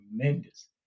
tremendous